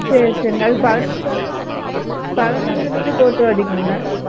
சரி சரிங்க அது பதினைஞ்சு பதினைஞ்சு மில்லி போட்டு அடிக்கணும்ங்க